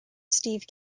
steve